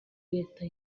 leta